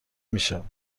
میشم